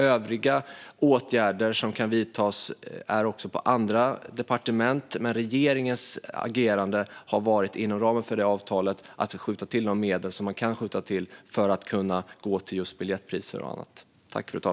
Övriga åtgärder som kan vidtas ligger på andra departement, men regeringens agerande inom ramen för detta avtal har varit att skjuta till de medel som vi kunnat till just biljettpriser och annat.